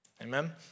Amen